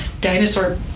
dinosaur